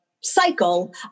cycle